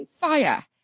fire